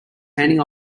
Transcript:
handing